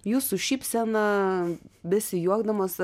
jūsų šypsena besijuokdamos